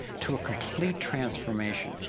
to a complete transformation,